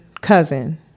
cousin